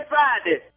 Friday